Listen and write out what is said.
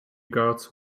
guards